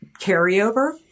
carryover